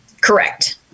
Correct